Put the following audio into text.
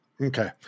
Okay